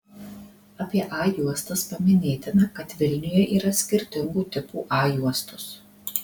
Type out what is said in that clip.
apie a juostas paminėtina kad vilniuje yra skirtingų tipų a juostos